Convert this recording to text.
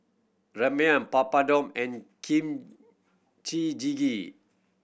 Ramyeon Papadum and Kimchi